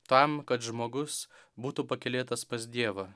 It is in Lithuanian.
tam kad žmogus būtų pakylėtas pas dievą